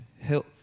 help